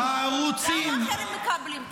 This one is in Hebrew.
גם אחרים מקבלים.